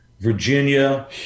Virginia